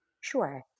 Sure